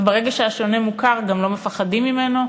וברגע שהשונה מוכר גם לא מפחדים ממנו.